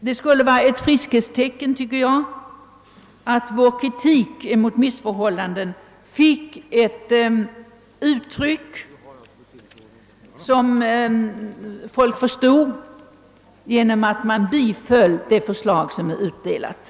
Det skulle vara ett friskhetstecken, om vår kritik mot missförhållanden på detta område tog sig ett uttryck som människor i allmänhet förstår, och det gör vi genom att bifalla det utdelade förslaget.